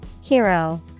Hero